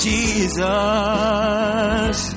Jesus